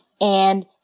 And-